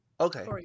Okay